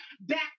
back